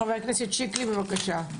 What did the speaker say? חבר הכנסת שיקלי, בבקשה.